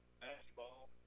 Basketball